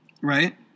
right